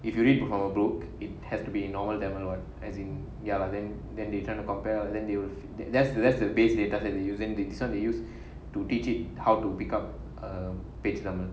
if you read performer broke it has to be normal level one as in ya lah then then they tend to compare then they with that that's the that's the base data that the user they decide they use to teach digit how to pick up a பேச்சு Tamil tamizh